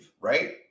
right